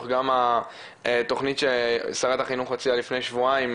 גם התכנית ששרת החינוך הציעה לפני שבועיים,